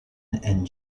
and